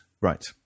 Right